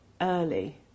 early